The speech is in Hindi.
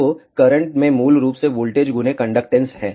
तो करंट में मूल रूप से वोल्टेज गुने कंडक्टेन्स है